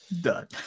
Done